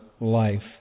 life